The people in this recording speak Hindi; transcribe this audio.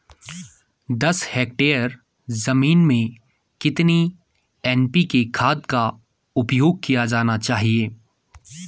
दस हेक्टेयर जमीन में कितनी एन.पी.के खाद का उपयोग किया जाना चाहिए?